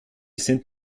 sind